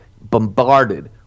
bombarded